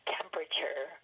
temperature